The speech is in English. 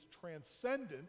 transcendent